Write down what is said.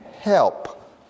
Help